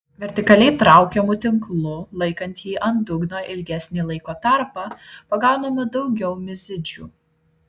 vertikaliai traukiamu tinklu laikant jį ant dugno ilgesnį laiko tarpą pagaunama daugiau mizidžių